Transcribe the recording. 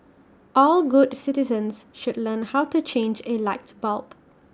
all good citizens should learn how to change A light bulb